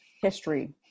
history